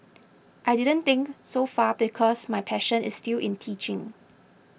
I didn't think so far because my passion is still in teaching